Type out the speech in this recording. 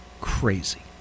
crazy